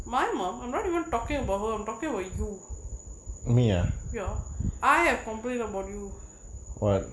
my mom I'm not even talking about her talking about you ya I am complain about you